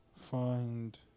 find